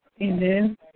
Amen